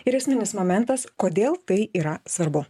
ir esminis momentas kodėl tai yra svarbu